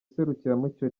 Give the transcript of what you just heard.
serukiramuco